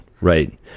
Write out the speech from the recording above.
right